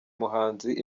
umuhanzi